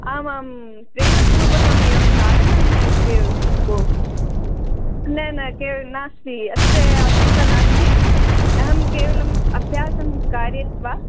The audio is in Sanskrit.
आम् आम् प्रेमपूर्वकम् एवं ताडनं न इत्ये भो न न नास्ति अस्य आवश्यक्ता नास्ति अहं केवलम् अभ्यासं कारयित्वा